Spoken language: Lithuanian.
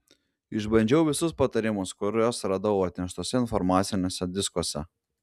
išbandžiau visus patarimus kuriuos radau atneštuose informaciniuose diskuose